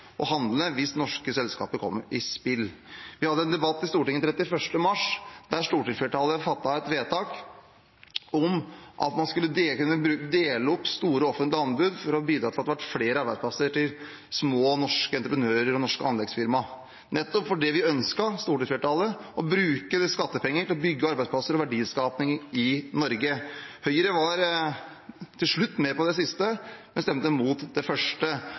handle hvis norske selskaper kom i spill. Vi hadde en debatt i Stortinget 31. mars, der stortingsflertallet fattet et vedtak om at man skal kunne dele opp store offentlige anbud for å bidra til at det ble flere arbeidsplasser til små norske entreprenører og norske anleggsfirma, nettopp fordi vi, stortingsflertallet, ønsket å bruke skattepenger til å bygge arbeidsplasser og verdiskaping i Norge. Høyre var – til slutt – med på det siste, men stemte mot det første.